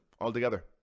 altogether